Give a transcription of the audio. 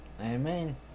Amen